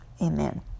Amen